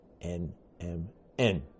NMN